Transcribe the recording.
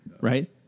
right